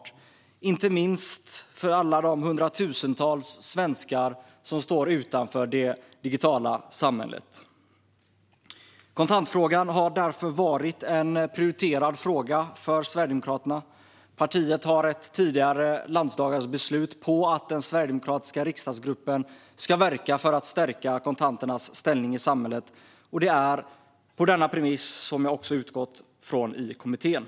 Det försvårar inte minst för alla de hundratusentals svenskar som står utanför det digitala samhället. Kontantfrågan har därför varit prioriterad för Sverigedemokraterna. Partiet har ett tidigare landsdagarsbeslut på att den sverigedemokratiska riksdagsgruppen ska verka för att stärka kontanternas ställning i samhället. Det är också denna premiss som jag har utgått från i kommittén.